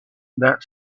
that